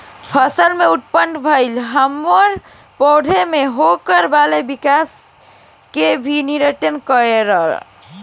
फसल में उत्पन्न भइल हार्मोन पौधा में होखे वाला विकाश के भी नियंत्रित करेला